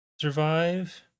survive